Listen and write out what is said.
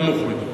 נמוך מדי,